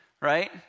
Right